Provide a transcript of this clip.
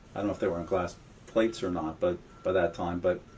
i don't know if they were on glass plates or not but by that time. but